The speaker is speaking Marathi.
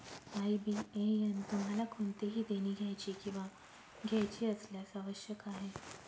आय.बी.ए.एन तुम्हाला कोणतेही देणी द्यायची किंवा घ्यायची असल्यास आवश्यक आहे